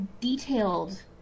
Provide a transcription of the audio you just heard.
detailed